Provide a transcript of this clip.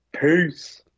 Peace